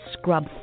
Scrub